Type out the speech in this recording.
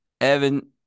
evan